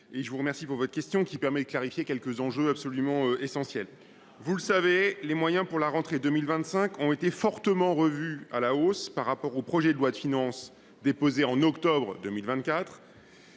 Je vous remercie de votre question, qui permet de clarifier quelques enjeux absolument essentiels. Ah ! Vous le savez, les moyens pour la rentrée 2025 ont été fortement revus à la hausse par rapport au projet de loi de finances déposé en octobre 2024.